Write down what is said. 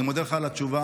אני מודה לך על התשובה.